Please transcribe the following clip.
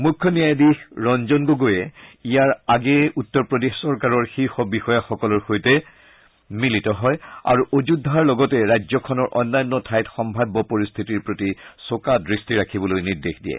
মুখ্য ন্যায়াধীশ ৰঞ্জন গগৈয়ে ইয়াৰ আগেয়ে উত্তৰ প্ৰদেশ চৰকাৰৰ শীৰ্ষ বিষয়া সকলৰ সৈতে মিলিত হয় আৰু অযোধ্যাৰ লগতে ৰাজ্যখনৰ অন্যান্য ঠাইত সম্ভাব্য পৰিস্থিতিৰ প্ৰতি চোকা দৃষ্টি ৰাখিবলৈ নিৰ্দেশ দিয়ে